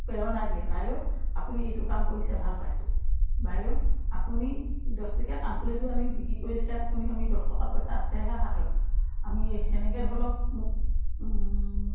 প্ৰেৰণা দিয়ে বাইদেউ আপুনি এইটো কাম কৰিছে ভাল পাইছোঁ বাইদেউ আপুনি দহটকীয়া কাণফুলিযোৰ আনি বিক্ৰী কৰিছে আপুনি আমি দহটকা পইচা আছেহে হাতত আমি সেনেকৈ ধৰি লওক মোক